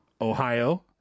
Ohio